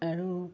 আৰু